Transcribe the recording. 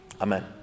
Amen